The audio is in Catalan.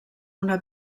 una